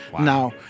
Now